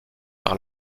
par